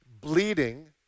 bleeding